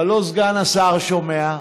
אבל לא סגן השר שומע,